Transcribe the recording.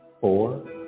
four